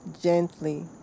gently